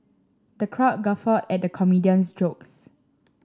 the crowd guffawed at the comedian's jokes